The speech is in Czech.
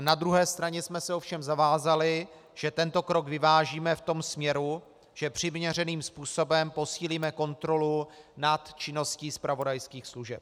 Na druhé straně jsme se ovšem zavázali, že tento krok vyvážíme v tom směru, že přiměřeným způsobem posílíme kontrolu nad činností zpravodajských služeb.